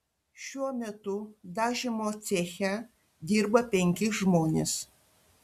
šiuo metu dažymo ceche dirba penki žmonės